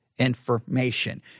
information